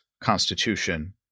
Constitution